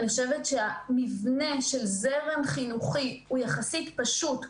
אני חושבת שהמבנה של זרם חינוכי הוא פשוט יחסית,